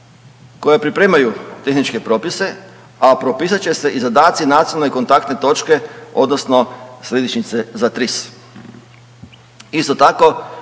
koja pripremaju tehničke propise, a propisat će se i zadaci nacionalne kontaktne točke odnosno središnjice za TRIS. Isto tako